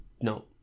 no